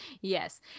Yes